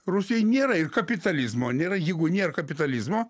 rusijoje nėra ir kapitalizmo nėra jeigu nėr kapitalizmo